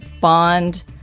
Bond